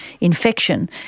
infection